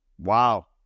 Wow